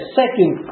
second